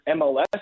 MLS